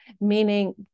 meaning